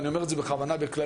אני אומר את זה בכוונה בכלליות.